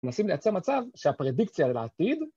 מנסים לייצר מצב שהפרדיקציה לעתיד...